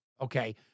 okay